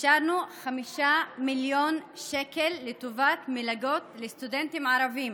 אישרנו 5 מיליון שקל לטובת מלגות לסטודנטים ערבים,